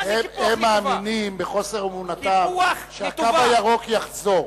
הם מאמינים ש"הקו הירוק" יחזור,